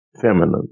feminine